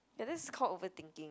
ya that's called overthinking